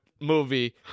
movie